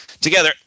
together